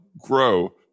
grow